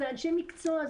אלה אנשי מקצוע,